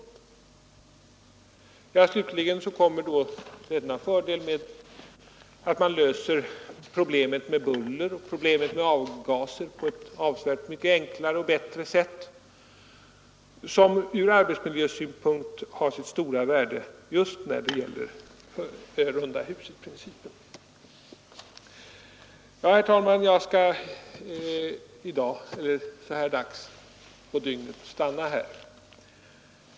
Slutligen ger rundahusalternativet den fördelen att man löser problemet med buller och avgaser på ett avsevärt mycket bättre och enklare sätt, vilket ur arbetsmiljösynpunkt har sitt stora värde. Herr talman! Jag skall så här dags på dygnet inte säga mer.